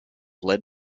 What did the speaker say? led